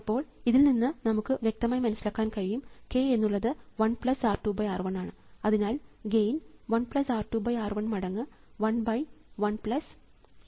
അപ്പോൾ ഇതിൽ നിന്ന് നമുക്ക് വ്യക്തമായി മനസ്സിലാക്കാൻ കഴിയും k എന്നുള്ളത് 1R2R1 ആണ് അതിനാൽ ഗെയിൻ 1R2R1 മടങ്ങ് 111R2R1A0 ആണ്